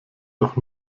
doch